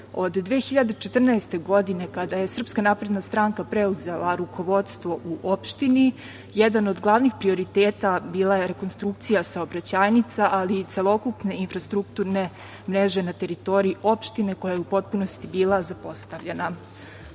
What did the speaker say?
2014. godine, kada je SNS preuzela rukovodstvo u opštini, jedan od glavnih prioriteta bila je rekonstrukcija saobraćajnica, ali i celokupne infrastrukturne mreže na teritoriji opštine koja je u potpunosti bila zapostavljena.